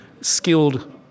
skilled